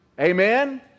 Amen